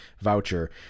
voucher